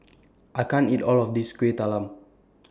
I can't eat All of This Kueh Talam